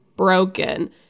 broken